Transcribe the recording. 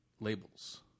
labels